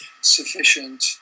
sufficient